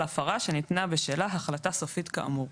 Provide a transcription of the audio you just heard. הפרה שניתנה בשלה החלטה סופית כאמור";